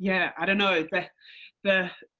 yeah, i don't know. the,